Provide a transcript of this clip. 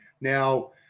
now